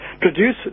produce